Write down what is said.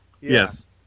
Yes